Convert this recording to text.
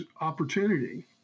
opportunity